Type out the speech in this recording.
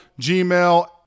Gmail